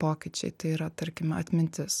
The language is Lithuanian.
pokyčiai tai yra tarkim atmintis